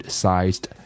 sized